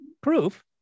proof